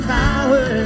power